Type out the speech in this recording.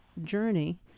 journey